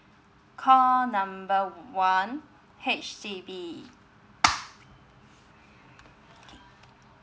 call number one H_D_B okay